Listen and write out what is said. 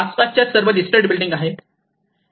आसपासच्या सर्व listed building आहेत